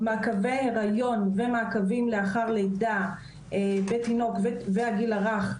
מעקבי היריון ומעקבים לאחר לידה בתינוק והגיל הרך,